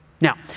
Now